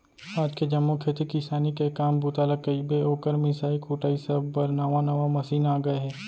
आज के जम्मो खेती किसानी के काम बूता ल कइबे, ओकर मिंसाई कुटई सब बर नावा नावा मसीन आ गए हे